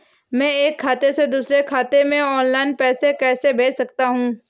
मैं एक खाते से दूसरे खाते में ऑनलाइन पैसे कैसे भेज सकता हूँ?